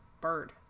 bird